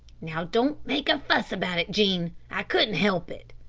now, don't make a fuss about it, jean, i couldn't help it.